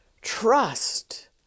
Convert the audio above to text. trust